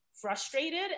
frustrated